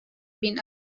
been